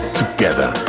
together